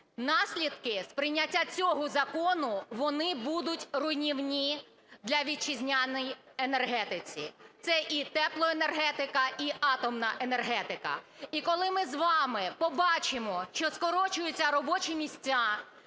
Наслідки з прийняття цього закону, вони будуть руйнівні для вітчизняної енергетики. Це і теплоенергетика, і атомна енергетика. І коли ми з вами побачимо, що скорочуються робочі місця